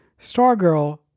Stargirl